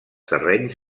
terrenys